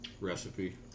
Recipe